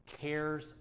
cares